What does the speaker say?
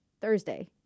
Thursday